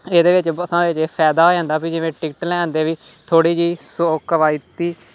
ਇਹਦੇ ਵਿੱਚ ਬੱਸਾਂ ਵਿੱਚ ਇਹ ਫਾਇਦਾ ਹੋ ਜਾਂਦਾ ਵੀ ਜਿਵੇਂ ਟਿਕਟ ਲੈਣ 'ਤੇ ਵੀ ਥੋੜ੍ਹੀ ਜਿਹੀ ਸੋਕਵਾਇਤੀ